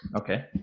Okay